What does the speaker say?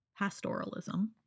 pastoralism